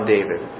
David